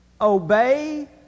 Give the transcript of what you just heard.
Obey